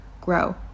grow